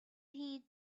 heat